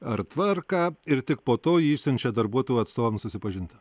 ar tvarką ir tik po to jį išsiunčia darbuotojų atstovams susipažinti